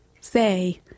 say—